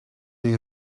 neu